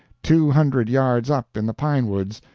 two hundred yards up in the pine woods,